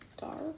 dark